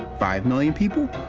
five million people?